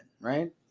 right